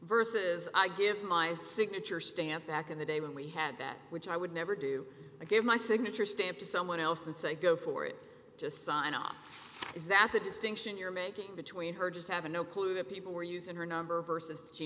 versus i give my signature stamp back in the day when we had that which i would never do i gave my signature stamp to someone else and say go for it just sign off is that the distinction you're making between her just having no clue that people were using her number versus she